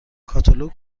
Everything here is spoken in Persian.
کاتالوگ